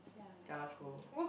ya so